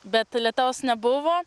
bet lietaus nebuvo